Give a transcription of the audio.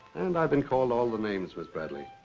and i've been called all the names, miss bradley.